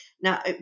Now